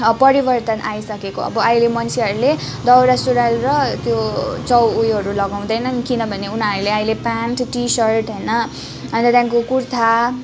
परिवर्तन आइसकेको अब अहिले मान्छेहरूले दौरा सुरुवाल र त्यो चौ उयोहरू लगाउँदैनन् किनभने उनीहरूले अहिले पेन्ट टी सर्ट होइन अन्त त्यहाँदेखिको कुर्ता